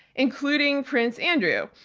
including prince andrew.